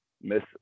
miss